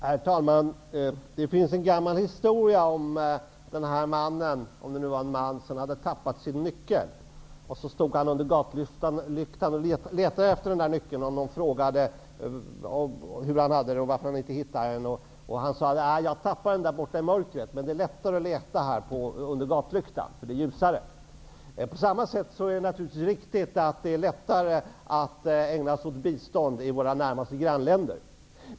Herr talman! Det finns en gammal historia om en man som hade tappat sin nyckel. Han stod under en gatlykta och letade efter nyckeln. Någon frågade hur det gick för honom och undrade varför han inte hittade den. Mannen sade att han hade tappat nyckeln i mörkret men att det var lättare att leta efter den under gatlyktan där det var ljusare. På samma sätt är det naturligtvis riktigt att det är lättare att ägna sig åt bistånd i våra närmaste grannländer.